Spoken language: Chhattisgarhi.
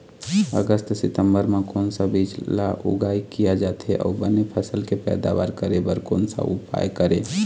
अगस्त सितंबर म कोन सा बीज ला उगाई किया जाथे, अऊ बने फसल के पैदावर करें बर कोन सा उपाय करें?